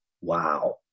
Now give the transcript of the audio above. Wow